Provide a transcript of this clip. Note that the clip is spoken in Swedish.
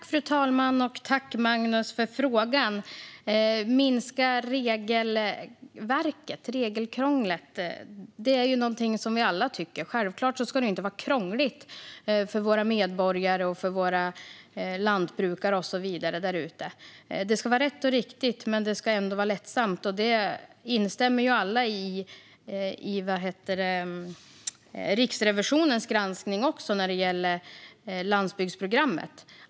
Fru talman! Tack, Magnus, för frågan! Att minska regelverk och regelkrångel är något som vi alla tycker är viktigt. Självklart ska det inte vara krångligt för våra medborgare och våra lantbrukare där ute. Det ska vara rätt och riktigt men ändå lätt. Alla instämmer ju också i Riksrevisionens granskning av landsbygdsprogrammet.